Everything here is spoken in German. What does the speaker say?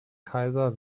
kaiser